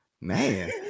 Man